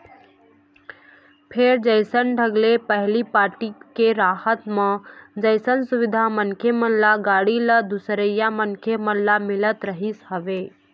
फेर जइसन ढंग ले पहिली पारटी के रहत म जइसन सुबिधा मनखे मन ल, गाड़ी ल, दूसरइया मनखे मन ल मिलत रिहिस हवय